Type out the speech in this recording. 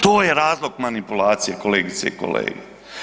To je razlog manipulacije kolegice i kolege.